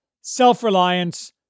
self-reliance